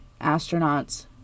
astronauts